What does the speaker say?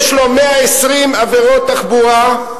יש לו 120 עבירות תחבורה.